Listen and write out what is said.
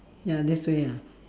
ya this way ah